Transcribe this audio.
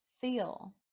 feel